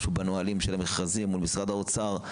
משהו בנהלים של המכרזים מול משרד האוצר?